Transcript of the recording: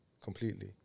completely